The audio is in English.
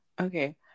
okay